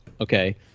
okay